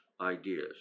ideas